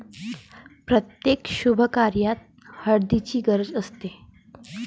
प्रत्येक शुभकार्यात हळदीची गरज असते